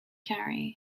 carey